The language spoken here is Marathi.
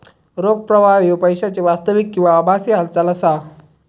रोख प्रवाह ह्यो पैशाची वास्तविक किंवा आभासी हालचाल असा